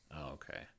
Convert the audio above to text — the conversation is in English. okay